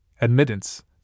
admittance